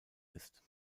ist